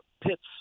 pits